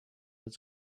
its